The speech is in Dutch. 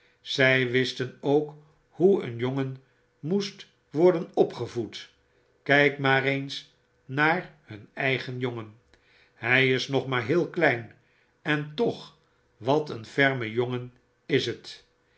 zy wisten ook hoe een jongen moet worden opgevoed kyk maar eens naar hun eigen jongen hy is nog maar heel klein en toch wat een ferme jongen is het